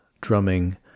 drumming